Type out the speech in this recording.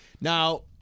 Now